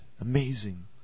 Amazing